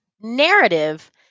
narrative